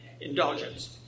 indulgence